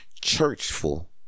churchful